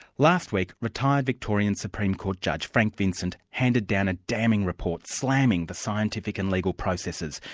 last week, retired victorian supreme court judge, frank vincent handed down a damning report slamming the scientific and legal processes,